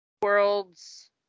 world's